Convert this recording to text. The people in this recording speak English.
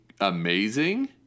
amazing